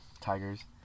Tigers